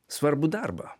svarbų darbą